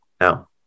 now